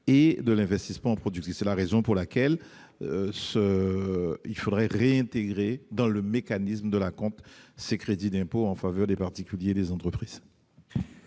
et de l'investissement productif. C'est la raison pour laquelle il faudrait réintégrer dans le mécanisme de l'acompte ces crédits d'impôt en faveur des particuliers et des entreprises.